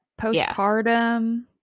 postpartum